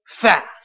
fast